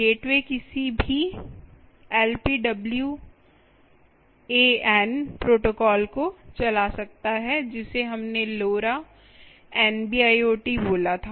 gateway किसी भी LPWAN protocol को चला सकता है जिसे हमने लोरा एनबीआईओटी बोला था